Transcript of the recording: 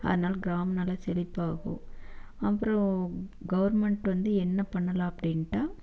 அதனால் கிராமம் நல்லா செழிப்பாகும் அப்புறம் கவர்ன்மெண்ட் வந்து என்ன பண்ணலாம் அப்படின்ட்டா